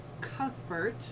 Cuthbert